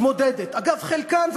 חלקן,